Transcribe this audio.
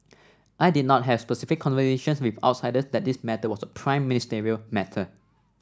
I did not have specific conversations with outsiders that this matter was a Prime Ministerial matter